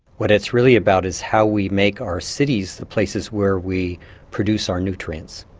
what it's really about is how we make our cities the places where we produce our nutrients,